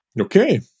Okay